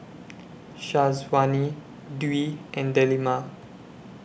Syazwani Dwi and Delima